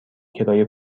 کرایه